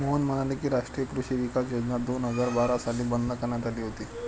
मोहन म्हणाले की, राष्ट्रीय कृषी विकास योजना दोन हजार बारा साली बंद करण्यात आली होती